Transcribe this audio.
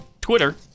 Twitter